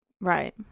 Right